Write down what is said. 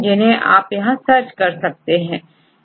जिसमें सर्च करने पर हमें बहुत सारा डेटाबेस मिल जाता है